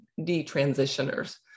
detransitioners